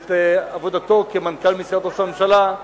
ואת עבודתו כמנכ"ל משרד ראש הממשלה,